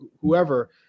whoever